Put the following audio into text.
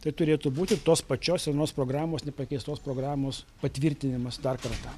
tai turėtų būti tos pačios senos programos nepakeistos programos patvirtinimas dar kartą